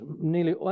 nearly